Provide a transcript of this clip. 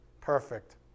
perfect